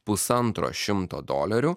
pusantro šimto dolerių